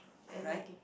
right